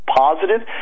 positive